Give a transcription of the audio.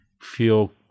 feel